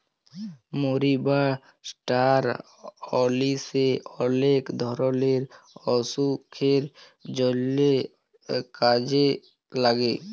মরি বা ষ্টার অলিশে অলেক ধরলের অসুখের জন্হে কাজে লাগে